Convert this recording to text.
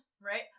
Right